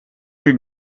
your